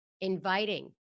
inviting